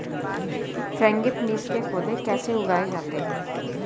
Frangipanis के पौधे कैसे उगाए जाते हैं?